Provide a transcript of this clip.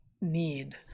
need